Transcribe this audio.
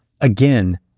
again